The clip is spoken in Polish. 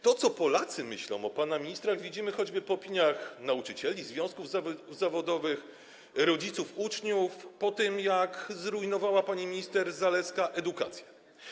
To, co Polacy myślą o pana ministrach, widzimy choćby na podstawie opinii nauczycieli, związków zawodowych, rodziców uczniów po tym, jak zrujnowała pani minister Zalewska edukację.